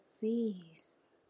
face